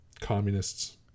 communists